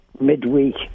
midweek